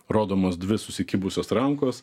rodomos dvi susikibusios rankos